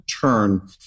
turn